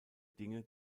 dinge